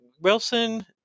Wilson